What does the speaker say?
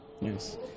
yes